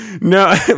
No